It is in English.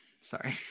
sorry